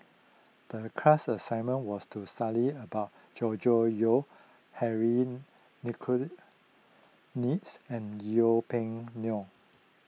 the class's assignment was to study about Gregory Yong Henry Nicholas and Yeng Pway Ngon